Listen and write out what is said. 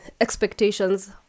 expectations